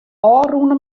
ôfrûne